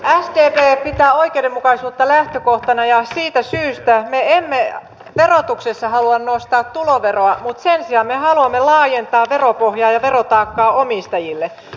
sdp pitää oikeudenmukaisuutta lähtökohtana ja siitä syystä me emme verotuksessa halua nostaa tuloveroa mutta sen sijaan me haluamme laajentaa veropohjaa ja verotaakkaa omistajille